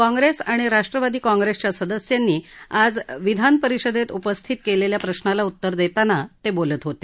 काँग्रेस आणि राष्ट्रवादी काँग्रेसच्या सदस्यांनी आज विधान परिषदेत उपस्थित केलेल्या प्रशाला उत्तर देताना ते बोलत होते